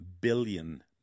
billion